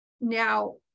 now